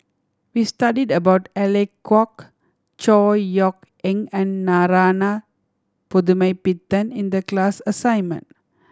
we studied about Alec Kuok Chor Yeok Eng and Narana Putumaippittan in the class assignment